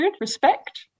respect